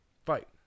fight